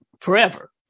forever